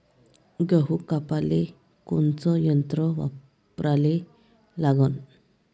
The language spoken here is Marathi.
गहू कापाले कोनचं यंत्र वापराले लागन?